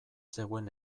zegoen